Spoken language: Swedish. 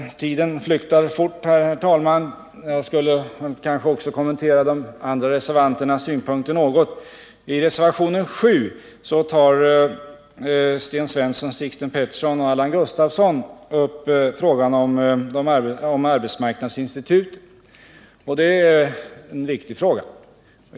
Tiden flyktar fort, herr talman. Jag borde kanske också kommentera de andra reservanternas synpunkter något. I reservationen 7 tar Sten Svensson, Sixten Pettersson och Allan Gustafsson upp frågan om arbetsmarknadsinstituten, och det är en viktig fråga.